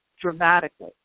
dramatically